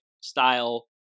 style